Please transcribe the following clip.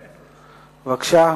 בבקשה.